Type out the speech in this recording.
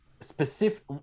Specific